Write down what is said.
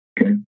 Okay